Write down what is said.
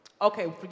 Okay